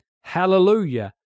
Hallelujah